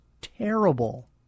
terrible